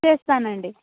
చేస్తానండి